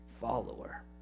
follower